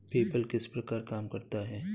PayPal किस प्रकार काम करता है?